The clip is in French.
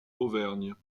auvergne